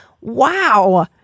Wow